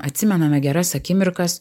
atsimename geras akimirkas